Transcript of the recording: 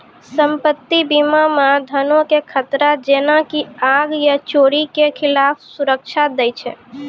सम्पति बीमा मे धनो के खतरा जेना की आग या चोरी के खिलाफ सुरक्षा दै छै